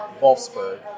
Wolfsburg